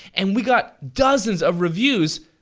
and we got dozens of reviews,